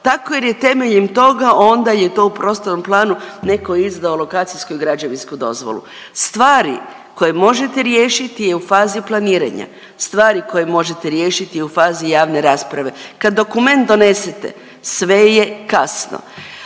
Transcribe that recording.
Tako jer je temeljem toga onda je to u prostornom planu netko izdao lokacijsku i građevinsku dozvolu. Stvari koje možete riješiti je u fazi planiranja. Stvari koje može riješiti je u fazi javne rasprave. Kad dokument donesete sve je kasno.